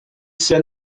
send